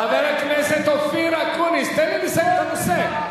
חבר הכנסת אופיר אקוניס, תן לי לסיים את הנושא.